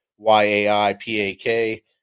YAIPAK